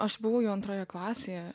aš buvau jau antroje klasėje